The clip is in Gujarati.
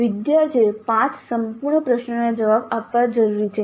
વિદ્યાર્થીઓએ 5 સંપૂર્ણ પ્રશ્નોના જવાબ આપવા જરૂરી છે